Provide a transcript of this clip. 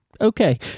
okay